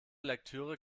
lektüre